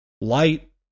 Light